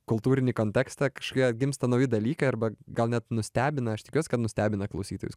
kultūrinį kontekstą kažkokie gimsta nauji dalykai arba gal net nustebina aš tikiuos kad nustebina klausytojus